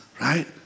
Right